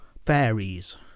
fairies